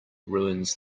ruins